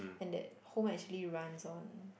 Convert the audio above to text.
and that home actually runs one